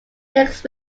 next